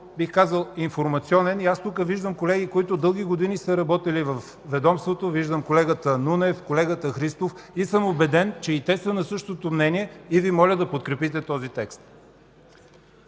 бих казал, информационен и аз тук виждам колеги, които дълги години са работили във ведомството – виждам колегата Нунев, колегата Христов, и съм убеден, че и те са на същото мнение, и Ви моля да подкрепите този текст.